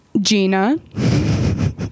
Gina